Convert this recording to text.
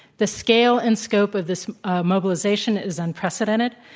the scale and scope of this mobilization is unprecedented.